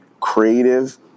creative